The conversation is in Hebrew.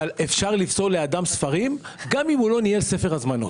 אפשר לפסול לאדם ספרים גם אם הוא לא ניהל ספר הזמנות.